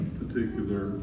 particular